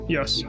Yes